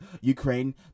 Ukraine